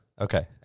Okay